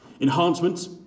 Enhancements